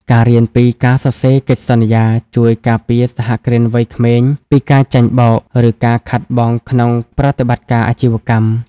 ការរៀនពី "ការសរសេរកិច្ចសន្យា" ជួយការពារសហគ្រិនវ័យក្មេងពីការចាញ់បោក ឬការខាតបង់ក្នុងប្រតិបត្តិការអាជីវកម្ម។